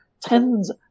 Tens